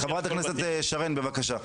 חברת הכנסת שרן, בבקשה.